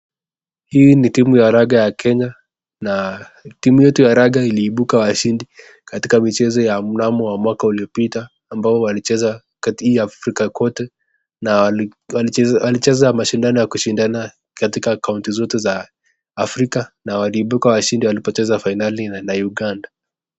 Hii ni timu ya raga ya Kenya na timu yetu ya raga iliibuka washindi katika michezo ya mnamo wa mwaka uliopita ambao walicheza kati ya Africa kote, na walicheza mashindano wa kushindana katika county zote za Africa na waliibuka washindi walipocheza finale na Uganda.